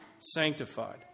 sanctified